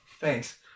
Thanks